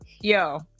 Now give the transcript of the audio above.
Yo